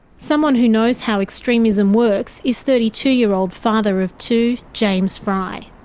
someone who knows how extremism works is thirty two year old father of two, james fry.